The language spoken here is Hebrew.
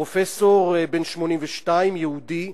פרופסור בן 82, יהודי,